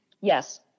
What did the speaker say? Yes